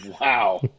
Wow